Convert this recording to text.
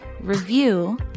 review